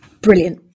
Brilliant